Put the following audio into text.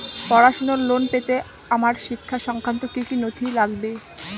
পড়াশুনোর লোন পেতে আমার শিক্ষা সংক্রান্ত কি কি নথি লাগবে?